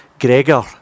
Gregor